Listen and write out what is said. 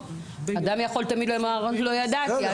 אדם תמיד יכול לומר לא ידעתי.